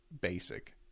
basic